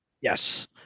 Yes